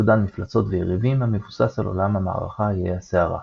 אוגדן מפלצות ויריבים המבוסס על עולם המערכה איי הסערה.